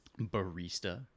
barista